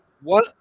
One